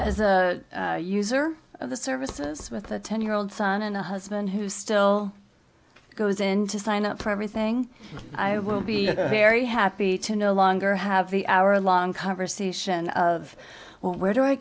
the user of the services with a ten year old son and a husband who still goes in to sign up for everything i will be very happy to no longer have the hour long conversation of where do i